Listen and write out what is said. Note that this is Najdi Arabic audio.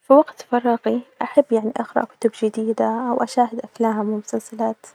في وقت فراغي أحب يعني أقرأ كتب جديدة وأشاهد أفلام ومسلسلات